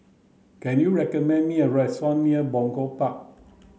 can you recommend me a restaurant near Punggol Park